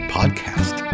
Podcast